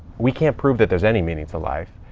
we can't prove that there's any meaning to life.